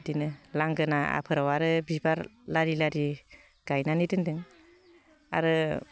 बिदिनो लांगोनाफोराव आरो बिबार लारि लारि गायनानै दोनदों आरो